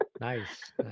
nice